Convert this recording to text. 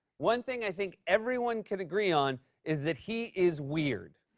one thing i think everyone can agree on is that he is weird.